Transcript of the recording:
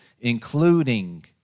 including